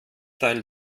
teil